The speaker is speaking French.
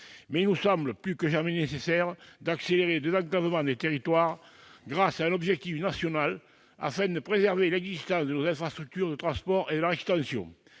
mais il nous semble plus que jamais nécessaire d'accélérer le désenclavement des territoires grâce à un objectif national, afin de préserver nos infrastructures de transport et de les étendre.